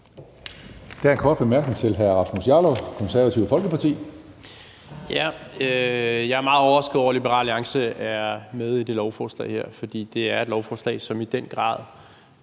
Jeg er meget overrasket over, at Liberal Alliance er med i det lovforslag her, for det er et lovforslag, som i den grad